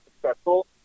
successful